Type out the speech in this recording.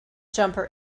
jumper